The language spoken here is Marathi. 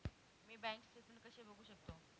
मी बँक स्टेटमेन्ट कसे बघू शकतो?